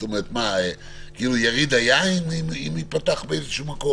יריד היין אם יפתח במקום?